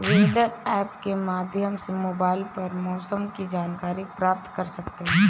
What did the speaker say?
weather app के माध्यम से मोबाइल पर मौसम की जानकारी प्राप्त कर सकते हैं